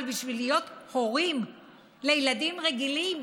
אבל בשביל להיות הורים לילדים רגילים,